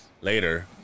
Later